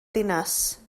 ddinas